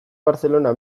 barcellona